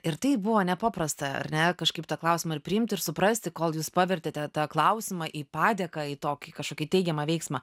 ir tai buvo nepaprasta ar ne kažkaip tą klausimą ir priimti ir suprasti kol jūs pavertėte tą klausimą į padėką į tokį kažkokį teigiamą veiksmą